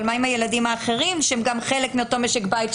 אבל מה עם הילדים האחרים שהם גם חלק מאותו משק בית,